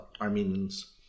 Armenians